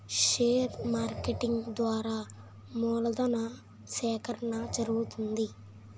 share marketing ద్వారా మూలధను సేకరణ జరుగుతుంది